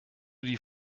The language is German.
die